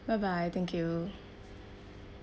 bye bye thank you